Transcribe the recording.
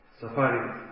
Safari